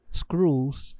screws